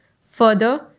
Further